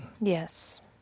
Yes